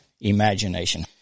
imagination